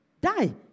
die